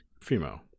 Female